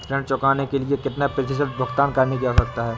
ऋण चुकाने के लिए कितना प्रतिशत भुगतान करने की आवश्यकता है?